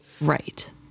right